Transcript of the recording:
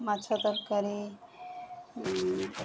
ମାଛ ତରକାରୀ